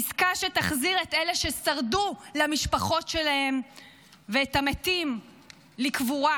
עסקה שתחזיר את אלה ששרדו למשפחות שלהם ואת המתים לקבורה,